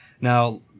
Now